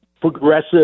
progressive